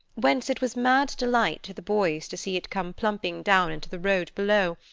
whence it was mad delight to the boys to see it come plumping down into the road below,